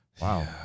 Wow